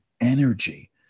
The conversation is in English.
energy